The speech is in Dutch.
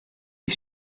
die